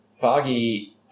Foggy